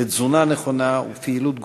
לתזונה נכונה ולפעילות גופנית.